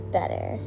better